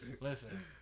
listen